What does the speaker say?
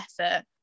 effort